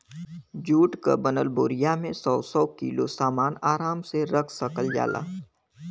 जुट क बनल बोरिया में सौ सौ किलो सामन आराम से रख सकल जाला